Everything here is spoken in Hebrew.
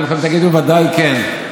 כולכם תגידו ודאי כן.